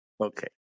Okay